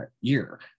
year